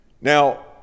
Now